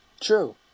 true